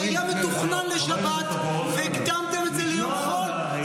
זה היה מתוכנן לשבת, והקדמתם את זה ליום חול.